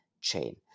chain